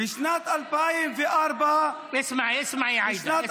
בשנת 2004, אסמעי, עאידה.